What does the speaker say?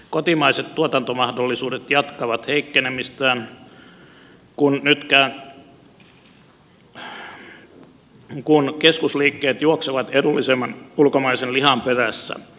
kotimaiset tuotantomahdollisuudet jatkavat heikkenemistään kun keskusliikkeet juoksevat edullisemman ulkomaisen lihan perässä